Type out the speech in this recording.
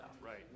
Right